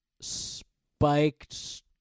spiked